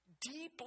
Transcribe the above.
deeply